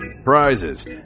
prizes